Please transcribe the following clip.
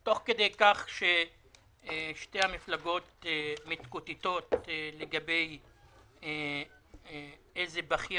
תוך כדי כך ששתי המפלגות מתקוטטות לגבי איזה בכיר